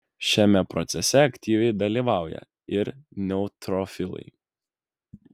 šiame procese aktyviai dalyvauja ir neutrofilai